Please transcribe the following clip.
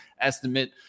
estimate